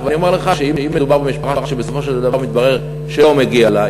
אני אומר לך שאם מדובר במשפחה שבסופו של דבר מתברר שלא מגיע לה,